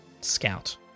scout